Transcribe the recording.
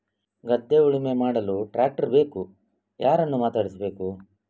ಗದ್ಧೆ ಉಳುಮೆ ಮಾಡಲು ಟ್ರ್ಯಾಕ್ಟರ್ ಬೇಕು ಯಾರನ್ನು ಮಾತಾಡಿಸಬೇಕು?